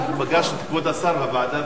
פגשנו את כבוד השר בוועדה.